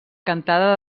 cantada